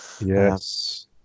Yes